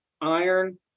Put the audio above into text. iron